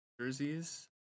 jerseys